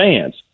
fans